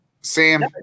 Sam